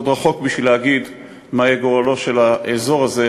עוד רחוק בשביל להגיד מה יהיה גורלו של האזור הזה,